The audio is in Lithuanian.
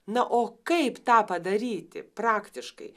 na o kaip tą padaryti praktiškai